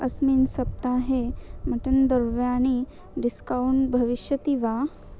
अस्मिन् सप्ताहे मटन् द्रव्याणि डिस्कौण्ट् भविष्यति वा